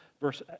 verse